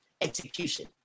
execution